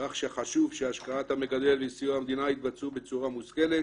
כך שחשוב שהשקעת המגדל וסיוע המדינה יתבצעו בצורה מושכלת.